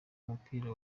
umupira